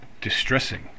distressing